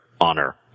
honor